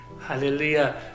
Hallelujah